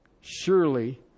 surely